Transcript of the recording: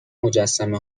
مجسمه